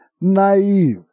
naive